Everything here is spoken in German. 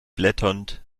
blätternd